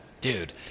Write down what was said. Dude